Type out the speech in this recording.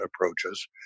approaches